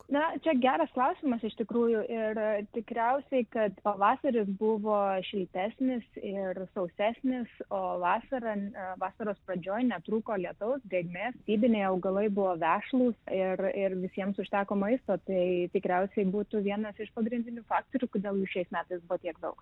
na čia geras klausimas iš tikrųjų ir tikriausiai kad pavasaris buvo šiltesnis ir sausesnis o vasara n vasaros pradžioj netrūko lietaus drėgmės ibiniai augalai buvo vešlūs ir ir visiems užteko maisto tai tikriausiai būtų vienas iš pagrindinių faktorių kodėl jų šiais metais buvo tiek daug